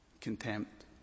contempt